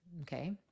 okay